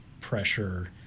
pressure